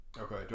okay